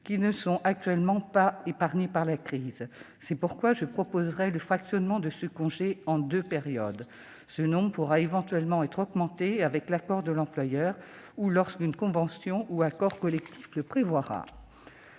qui, à l'heure actuelle, ne sont pas épargnées par la crise. C'est pourquoi je proposerai le fractionnement de ce congé en deux périodes. Ce nombre pourra éventuellement être augmenté avec l'accord de l'employeur ou lorsqu'une convention ou un accord collectif le prévoira.